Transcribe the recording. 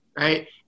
right